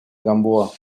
gamboa